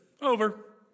over